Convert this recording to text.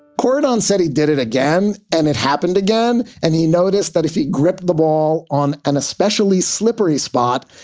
caught on set, he did it again and it happened again, and he noticed that if he gripped the ball on an especially slippery spot,